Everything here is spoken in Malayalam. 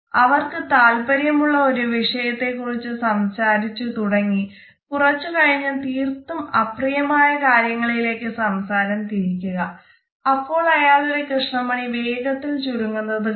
അവർക്ക് താൽപര്യമുള്ള ഒരു വിഷയത്തെ കുറിച്ച് സംസാരിച്ചു തുടങ്ങി കുറച്ച് കഴിഞ്ഞ് തീർത്തും അപ്രിയമായ കാര്യങ്ങളിലേക്ക് സംസാരം തിരിക്കുക അപ്പോൾ അയാളുടെ കൃഷ്ണമണി വേഗത്തിൽ ചുരുങ്ങുന്നത് കാണാം